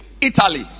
Italy